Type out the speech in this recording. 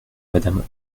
madame